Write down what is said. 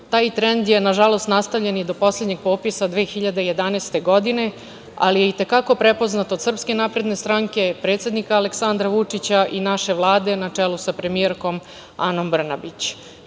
Taj trend je, nažalost, nastavljen i do poslednjeg popisa 2011. godine, ali je i te kako prepoznat od SNS, predsednika Aleksandra Vučića i naše Vlade na čelu sa premijerkom Anom Brnabić. Čitav